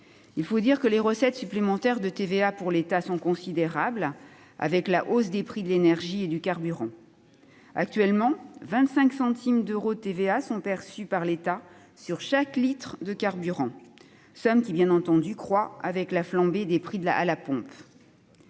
Il faut dire que, pour l'État, les recettes supplémentaires de TVA sont considérables, avec la hausse des prix de l'énergie et du carburant. Actuellement, 25 centimes d'euros de TVA sont perçus par l'État sur chaque litre de carburant ; bien entendu, cette somme croît avec la flambée des prix à la pompe.